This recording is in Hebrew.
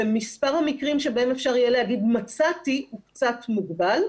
ומספר המקרים שבהם אפשר יהיה להגיד 'מצאתי' הוא קצת מוגבל.